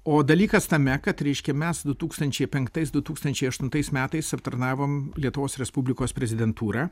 o dalykas tame kad reiškia mes du tūkstančiai penktais du tūkstančiai aštuntais metais aptarnavom lietuvos respublikos prezidentūrą